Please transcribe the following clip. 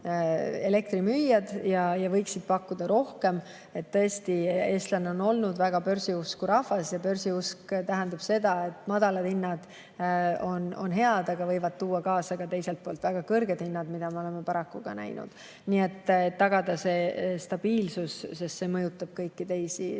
ja võiksid pakkuda rohkem. Tõesti, eestlane on olnud väga börsiusku rahvas ja börsiusk tähendab seda, et madalad hinnad on head, aga võivad teiselt poolt kaasa tuua ka väga kõrged hinnad, mida me oleme paraku ka näinud. Nii et tagada see stabiilsus, sest see mõjutab kõiki teisi